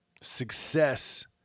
Success